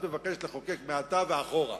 ואת מבקשת לחוקק מעתה ואחורה.